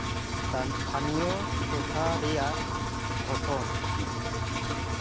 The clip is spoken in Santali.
ᱛᱷᱟᱱ ᱛᱷᱟᱱᱤᱭᱚ ᱴᱚᱴᱷᱟ ᱨᱮᱭᱟᱜ ᱜᱚᱴᱷᱚᱱ